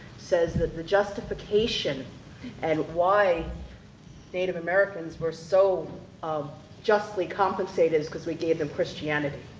says that the justification and why native americans were so um justly compensated is cause we gave them christianity.